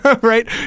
right